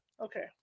Okay